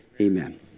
Amen